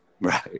Right